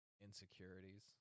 insecurities